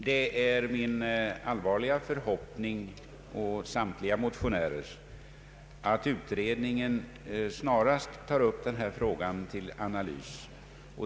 Det är min och samtliga motionärers allvarliga förhoppning att utredningen snarast tar upp denna fråga till analys.